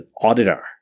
auditor